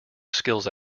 skills